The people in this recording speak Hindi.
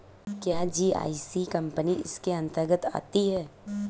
क्या जी.आई.सी कंपनी इसके अन्तर्गत आती है?